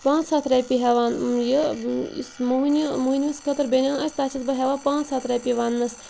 پانٛژھ ہتھ رۄپیہِ ہیٚوان یہِ موٚہنیوٗ موٚہنوِس خٲطرٕ بٔنۍیان آسہِ تَتھ چھَس بہٕ ہیٚوان پانٛژھ ہتھ رۄپیہِ وَننَس